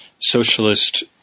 socialist